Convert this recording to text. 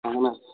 اہن حظ